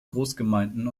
großgemeinden